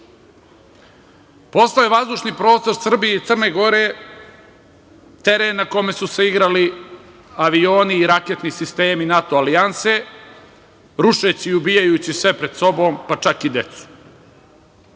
video. Postao je vazdušni prostor Srbije i Crne Gore teren na kome su se igrali avioni i raketni sistemi NATO alijanse rušeći i ubijajući sve pred sobom, pa čak i decu,